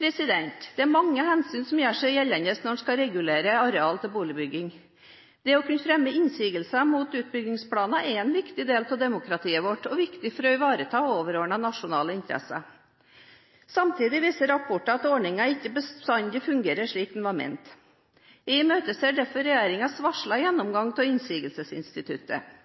Det er mange hensyn som gjør seg gjeldende når en skal regulere areal til boligbygging. Det å kunne fremme innsigelser mot utbyggingsplaner er en viktig del av demokratiet vårt og viktig for å ivareta overordnede, nasjonale interesser. Samtidig viser rapporter at ordningen ikke bestandig fungerer slik den var ment. Jeg imøteser derfor regjeringens varslede gjennomgang av innsigelsesinstituttet.